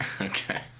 okay